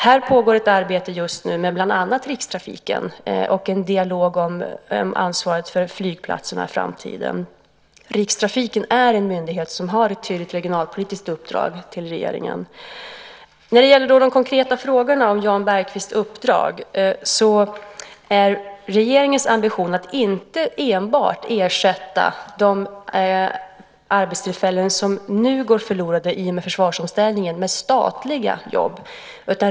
Här pågår just nu ett arbete och en dialog med bland annat Rikstrafiken om ansvaret för flygplatserna i framtiden. Rikstrafiken är en myndighet som har ett tydligt regionalpolitiskt uppdrag. När det gäller de konkreta frågorna om Jan Bergqvists uppdrag är regeringens ambition inte enbart att ersätta de arbetstillfällen som nu går förlorade i och med försvarsomställningen med statliga jobb.